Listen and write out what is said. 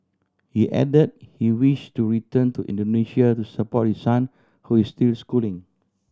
he added that he wished to return to Indonesia to support his son who is still schooling